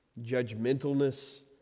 judgmentalness